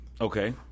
okay